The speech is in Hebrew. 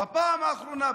בפעם האחרונה,